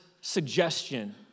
suggestion